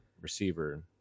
receiver